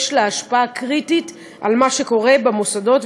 יש לה השפעה קריטית על מה שקורה במוסדות,